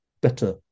better